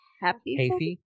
Happy